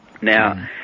Now